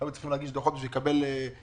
היו צריכים להגיש דוחות כדי לקבל ניהול